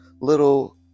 little